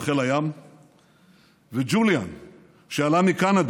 אנחנו נמצא בניין שבקומה הראשונה שלו גרים יהודים ממרוקו,